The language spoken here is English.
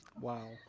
Wow